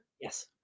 Yes